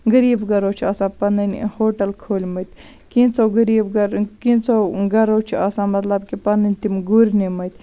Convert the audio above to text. غریٖب گرو چھُ آسان پَنٕنۍ ہوٹل کھوٗلمٕتۍ کیٚنٛژھو غریٖب گر کیٚنژھۄ گرو چھُ آسان مطلب کہِ پَنٕنۍ تِم گُرۍ نِمٕتۍ